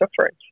suffering